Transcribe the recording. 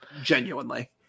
genuinely